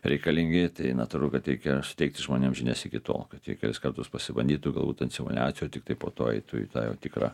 reikalingi tai natūru kad reikia suteikti žmonėm žinias iki to kad jie kelis kartus pasibandytų galbūt an simuliacijų o tiktai po to eitų į tą jau tikrą